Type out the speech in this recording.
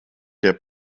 der